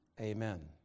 Amen